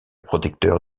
protecteur